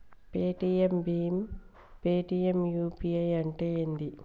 Paytm భీమ్ Paytm UPI అంటే ఏంది?